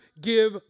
give